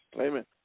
Amen